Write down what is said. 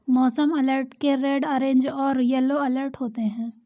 मौसम अलर्ट के red orange और येलो अलर्ट होते हैं